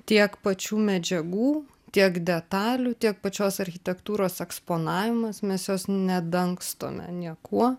tiek pačių medžiagų tiek detalių tiek pačios architektūros eksponavimas mes jos nedangstome niekuo